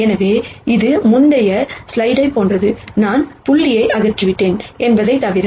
எனவே இது முந்தைய ஸ்லைடைப் போன்றது நான் புள்ளியை அகற்றிவிட்டேன் என்பதைத் தவிர